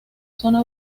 zona